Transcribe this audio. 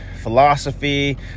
philosophy